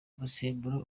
musemburo